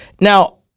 Now